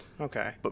okay